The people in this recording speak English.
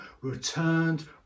returned